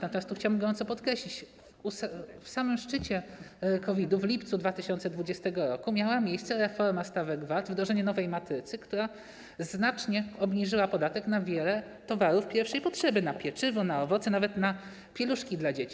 Natomiast chciałbym gorąco podkreślić, że w samym szczycie COVID-u, w lipcu 2020 r., miała miejsce reforma stawek VAT, wdrożenie nowej matrycy, która znacznie obniżyła podatek na wiele towarów pierwszej potrzeby: na pieczywo, owoce, nawet na pieluszki dla dzieci.